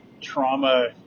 trauma